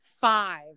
five